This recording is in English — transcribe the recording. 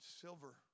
silver